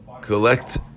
collect